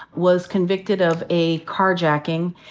was convicted of a carjacking,